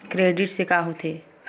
Credit से का होथे?